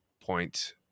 point